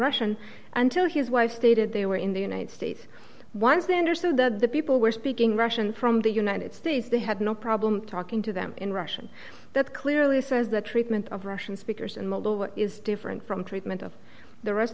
russian until his wife stated they were in the united states one standards so that the people were speaking russian from the united states they had no problem talking to them in russian that clearly says the treatment of russian speakers and what is different from treatment of the rest